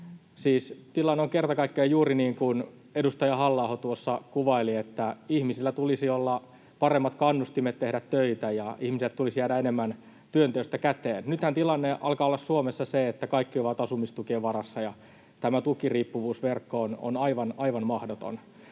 tilanne on kerta kaikkiaan juuri niin kuin edustaja Halla-aho tuossa kuvaili, että ihmisillä tulisi olla paremmat kannustimet tehdä töitä ja ihmisille tulisi jäädä enemmän työnteosta käteen. Nythän tilanne alkaa olla Suomessa se, että kaikki ovat asumistukien varassa ja tämä tukiriippuvuusverkko on aivan mahdoton.